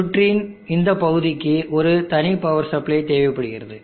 சுற்றின் இந்த பகுதிக்கு ஒரு தனி பவர் சப்ளை தேவைப்படுகிறது